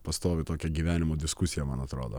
pastovi tokia gyvenimo diskusija man atrodo